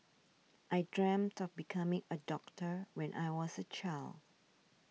I dreamt of becoming a doctor when I was a child